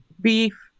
beef